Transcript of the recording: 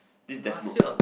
this death note